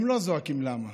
הם לא זועקים למה.